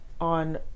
on